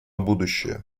будущее